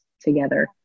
together